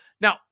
Now